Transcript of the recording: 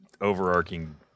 overarching